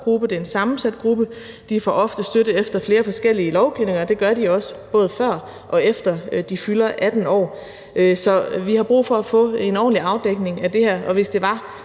gruppe; det er en sammensat gruppe. De får ofte støtte efter flere forskellige lovgivninger. Det gør de også, både før og efter de fylder 18 år. Så vi har brug for at få en ordentlig afdækning af det her, og hvis det var